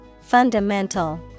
Fundamental